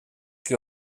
que